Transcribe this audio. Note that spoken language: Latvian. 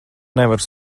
nevaru